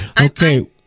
Okay